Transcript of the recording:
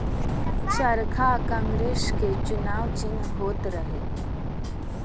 चरखा कांग्रेस के चुनाव चिन्ह होत रहे